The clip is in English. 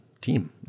team